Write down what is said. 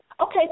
Okay